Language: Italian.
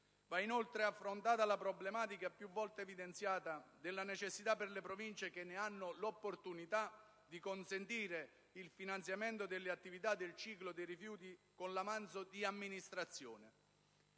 Va inoltre affrontata la problematica, più volte evidenziata, della necessità per le Province che ne hanno l'opportunità, di consentire il finanziamento delle attività del ciclo dei rifiuti con l'avanzo di amministrazione.